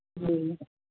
जी